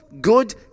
good